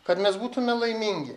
kad mes būtume laimingi